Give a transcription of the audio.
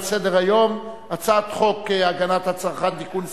על סדר-היום: הצעת חוק הגנת הצרכן (תיקון,